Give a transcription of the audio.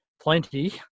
plenty